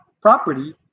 property